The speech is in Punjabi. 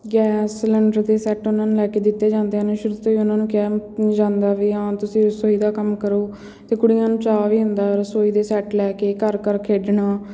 ਗੈਸ ਸਿਲੰਡਰ ਦੇ ਸੈੱਟ ਉਹਨਾਂ ਨੂੰ ਲੈ ਕੇ ਦਿੱਤੇ ਜਾਂਦੇ ਹਨ ਸ਼ੁਰੂ ਤੋਂ ਹੀ ਉਹਨਾਂ ਨੂੰ ਕਿਹਾ ਜਾਂਦਾ ਵੀ ਹਾਂ ਤੁਸੀਂ ਰਸੋਈ ਦਾ ਕੰਮ ਕਰੋ ਅਤੇ ਕੁੜੀਆਂ ਨੂੰ ਚਾਅ ਵੀ ਹੁੰਦਾ ਰਸੋਈ ਦੇ ਸੈੱਟ ਲੈ ਕੇ ਘਰ ਘਰ ਖੇਡਣਾ